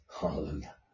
hallelujah